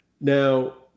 now